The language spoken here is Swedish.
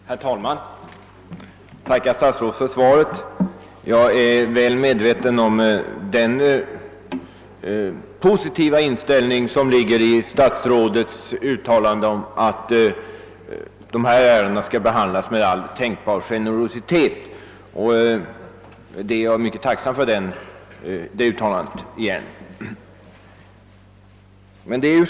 Herr talman! Jag tackar statsrådet för svaret på min fråga. Jag har noterat den positiva inställning, som statsrådet visat till önskemålet att de ärenden jag tagit upp skall behandlas med all tänkbar generositet, och jag är mycket tacksam för detta.